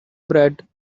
bread